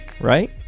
right